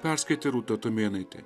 perskaitė rūta tumėnaitė